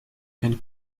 and